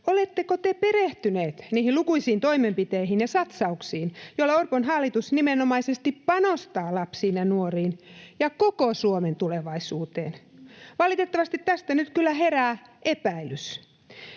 oletteko te perehtyneet niihin lukuisiin toimenpiteisiin ja satsauksiin, joilla Orpon hallitus nimenomaisesti panostaa lapsiin ja nuoriin ja koko Suomen tulevaisuuteen? Valitettavasti tästä nyt kyllä herää epäilys.